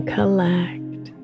collect